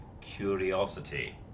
Curiosity